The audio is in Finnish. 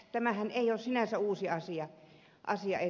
tämähän ei ole sinänsä uusi asia ei